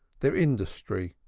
their industry,